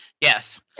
yes